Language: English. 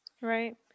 Right